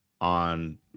on